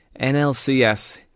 NLCS